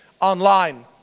online